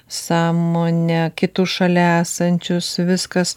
sąmonę kitus šalia esančius viskas